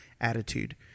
attitude